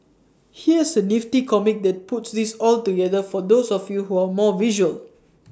here's A nifty comic that puts this all together for those of you who are more visual